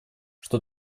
что